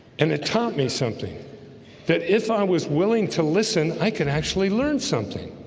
and it taught me something that if i was willing to listen i can actually learn something